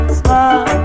smile